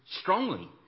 strongly